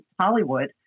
Hollywood